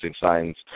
signs